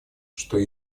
что